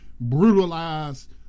brutalized